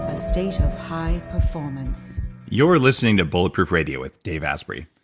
a state of high performance you are listening to bulletproof radio with dave asprey.